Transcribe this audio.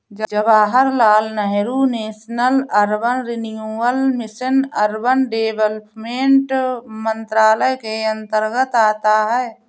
Jawaharlal Nehru national urban renewal mission urban development मंत्रालय के अंतर्गत आता है